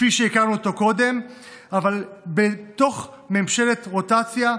כפי שהכרנו אותו קודם אבל בתוך ממשלת רוטציה,